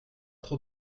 trop